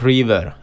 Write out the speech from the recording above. River